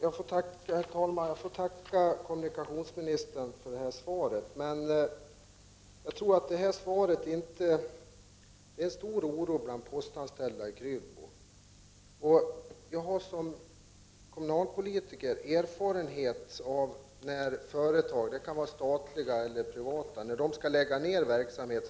Herr talman! Jag tackar kommunikationsministern för svaret. 28 november 1989 Det råder en stor oro bland de postanställda i Krylbo. Jag har som kom= = munalpolitiker erfarenhet av när företag, det kan vara statliga eller privatägda, skall lägga ner en verksamhet.